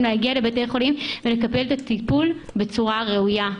להגיע לבתי חולים ולקבל את הטיפול בצורה הראויה.